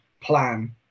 plan